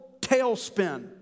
tailspin